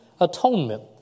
Atonement